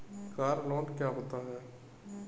Car loan क्या होता है?